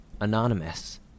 Anonymous